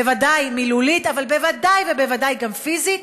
בוודאי מילולית אבל בוודאי ובוודאי פיזית.